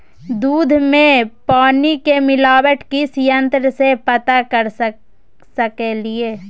दूध में पानी के मिलावट किस यंत्र से पता कर सकलिए?